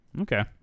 Okay